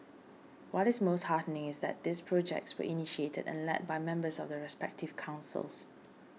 what is most heartening is that these projects were initiated and led by members of the respective councils